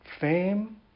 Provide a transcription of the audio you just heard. fame